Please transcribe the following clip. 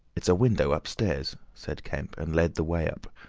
it's a window, upstairs! said kemp, and led the way up.